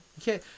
Okay